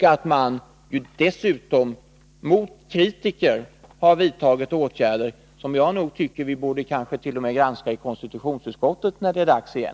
Dessutom har mot kritiker vidtagits åtgärder som jag tycker vi kanske t.o.m. borde granska i konstitutionsutskottet när det är dags igen.